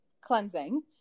cleansing